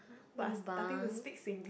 !wah! starting to speak Singlish